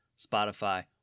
Spotify